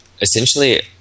essentially